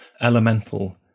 elemental